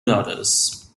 daughters